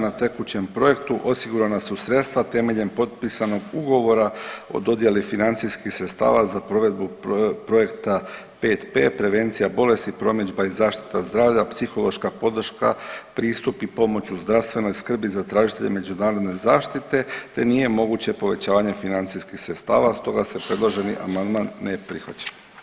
Na tekućem projektu osigurana su sredstva temeljem potpisa ugovora o dodjeli financijskih sredstava za provedbu projekta 5P, prevencija bolesti, promidžba i zaštita zdravlja, psihološka podrška, pristup i pomoć u zdravstvenoj skrbi za tražitelje međunarodne zaštite te nije moguće povećavanje financijskih sredstava, stoga se predloženi amandman ne prihvaća.